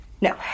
No